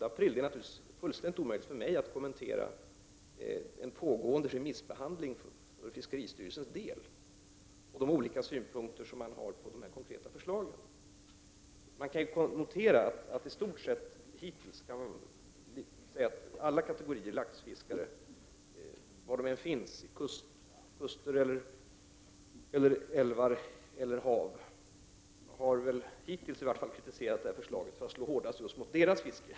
Det är naturligtvis fullständigt omöjligt för mig att kommentera en pågående remissbehandling som gäller fiskeristyrelsen och de olika synpunkter som man har på de konkreta förslagen. Man kan i stort sett säga att alla kategorier laxfiskare, var de än finns — vid kuster, vid älvar eller hav — hittills har kritiserat förslaget, därför att det skulle slå hårdast mot just deras fiske.